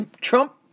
Trump